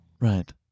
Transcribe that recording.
Right